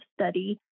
study